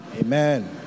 Amen